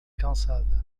calçada